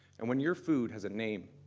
and when your food has a name,